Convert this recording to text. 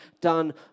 done